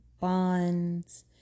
bonds